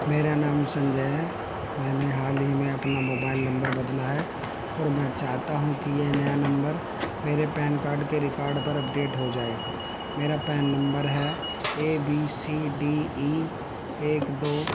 میرا نام سنجے ہے میں نے حال ہی میں اپنا موبائل نمبر بدلا ہے اور میں چاہتا ہوں کہ یہ نیا نمبر میرے پین کارڈ کے ریکارڈ پر اپڈیٹ ہو جائے میرا پین نمبر ہے A B C D E ایک دو